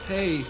Hey